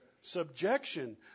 Subjection